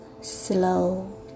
slow